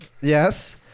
yes